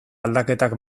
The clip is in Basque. aldaketak